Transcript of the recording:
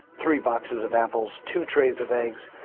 three boxes of apples, two trays of eggs,